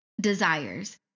desires